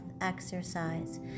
exercise